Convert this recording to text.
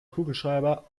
kugelschreiber